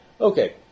Okay